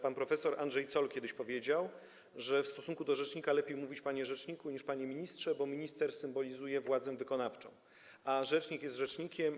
Pan prof. Andrzej Zoll powiedział kiedyś, że w stosunku do rzecznika lepiej zwracać się: panie rzeczniku niż: panie ministrze, bo minister symbolizuje władzę wykonawczą, a rzecznik jest rzecznikiem.